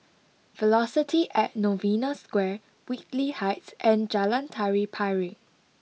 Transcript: Velocity at Novena Square Whitley Heights and Jalan Tari Piring